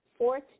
Fourth